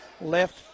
left